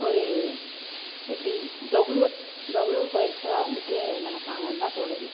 ஒரு எப்படி கௌரவ கௌரவ குறைச்சலா வந்துட்டு நெனைப்பாங்கன்னு தான் தோணுது